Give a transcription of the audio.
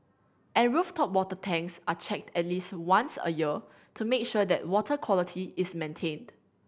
and rooftop water tanks are checked at least once a year to make sure that water quality is maintained